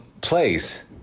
place